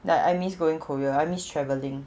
that I miss going korea I miss travelling